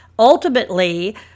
Ultimately